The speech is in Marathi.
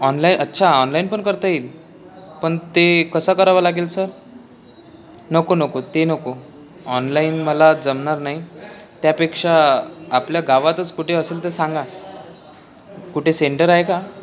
ऑनलाईन अच्छा ऑनलाईन पण करता येईल पण ते कसा करावा लागेल सर नको नको ते नको ऑनलाईन मला जमणार नाही त्यापेक्षा आपल्या गावातच कुठे असेल तर सांगा कुठे सेंटर आहे का